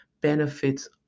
benefits